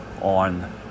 on